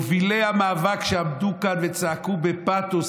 ממובילי המאבק שעמדו כאן וצעקו בפתוס,